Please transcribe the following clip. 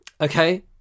okay